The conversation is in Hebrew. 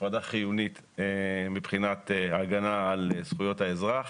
הפרדה חיונית מבחינת הגנה על זכויות האזרח